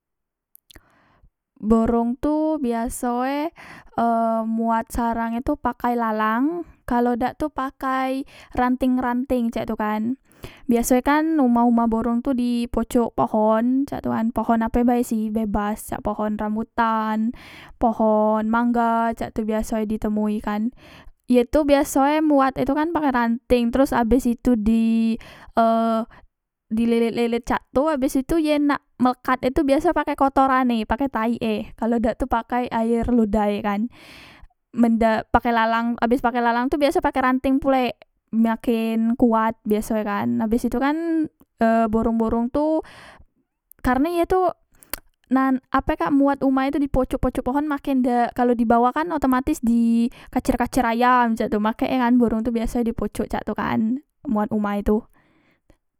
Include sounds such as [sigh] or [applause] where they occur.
Borong tu biaso e mbuat sarang e tu pakai lalang kalau dak tu pakai ranteng ranteng cak tu kan biaso e kan uma uma borong tu di pocok pohon cak tu kan pohon ape bae sih bebas cak pohon rambutan pohon mangga cak tu biaso e di temui kan ye tu biasoe muat e tu kan pakai ranteng teros abes itu di e di lelet lelet cak tu abes itu ye nak mekat e tu biaso pake kotoran e pake taik e kalo dak tu pakai air ludah e kan men dak pake lalang abes pake lalang abes tu pake ranteng pulek maken kuat biaso e kan borong borong tu e [hesitation] karne ye tu na ape kak mbuat uma e tu di pocok pocok pohon maken dak kalo dibawah kan otomatis di kacer kacer ayam cak tu makek e kan borong tu biasoe dipocok cak tu kan buat uma e tu